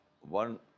one